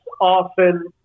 often